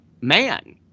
man